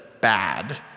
bad